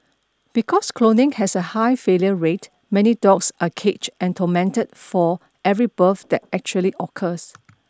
because cloning has a high failure rate many dogs are caged and tormented for every birth that actually occurs